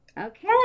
okay